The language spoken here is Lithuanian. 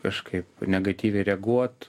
kažkaip negatyviai reaguot